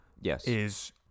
Yes